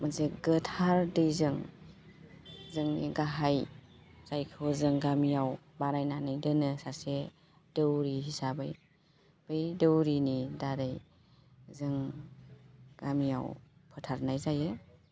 मोनसे गोथार दैजों जोंनि गाहाय जायखौ जों गामियाव बानायनानै दोनो सासे दौरि हिसाबै बे दौरिनि दारै जों गामियाव फोथारनाय जायो